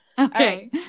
Okay